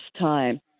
time